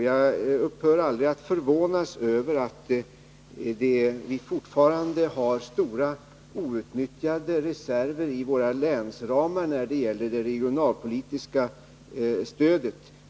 Jag upphör aldrig att förvånas över att det fortfarande finns stora outnyttjade reserver i våra länsramar när det gäller det regionala stödet.